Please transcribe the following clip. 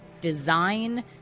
design